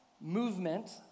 movement